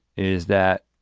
is that